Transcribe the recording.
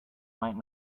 might